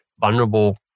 vulnerable